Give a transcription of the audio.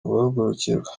guhagurukirwa